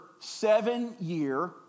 seven-year